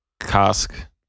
cask